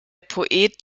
poet